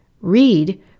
read